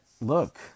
look